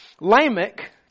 Lamech